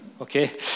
Okay